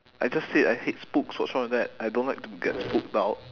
I just said I hate spooks what's wrong with that I don't like to get spooked out